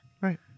Right